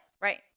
Right